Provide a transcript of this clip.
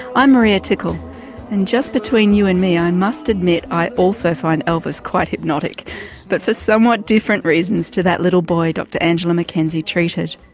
i'm maria tickle and just between you and me i must admit i also find elvis quite hypnotic but for somewhat different reasons to that little boy dr angela mackenzie treated.